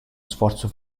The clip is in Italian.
sforzo